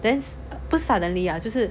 then 不是 suddenly lah 就是